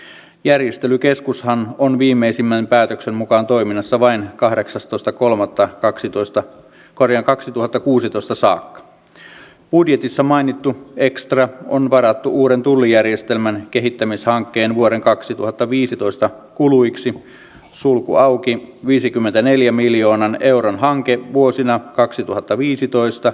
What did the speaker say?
tuolloin valtiovarainministeri stubb totesi että me kävimme totta kai läpi juurta jaksain virkavastuulla sekä työ ja elinkeinoministeriön työlainsäädäntöammattilaisten välityksellä että sitten myös perustuslakiprofessoreiden ja muiden kanssa sen kokonaisuuden että me toimimme tässä lain puitteissa